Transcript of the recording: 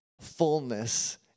Fullness